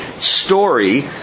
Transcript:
story